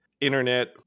internet